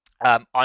On